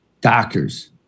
doctors